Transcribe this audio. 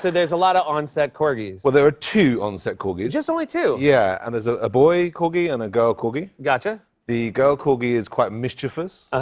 so there's a lot of on-set corgis. well, there are two on-set corgis. just only two? yeah. and there's ah a boy corgi and a girl corgi. gotcha. the girl corgi is quite mischievous. ah